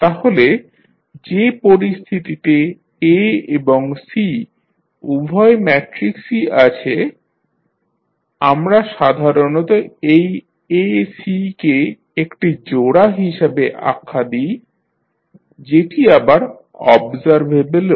তাহলে যে পরিস্থিতিতে A এবং C উভয় ম্যাট্রিক্স ই আছে আমরা সাধারণত এই AC কে একটি জোড়া হিসাবে আখ্যা দিই যেটি আবার অবজারভেবল ও